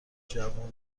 جوون